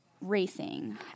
Racing